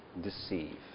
deceive